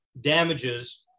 damages